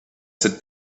cette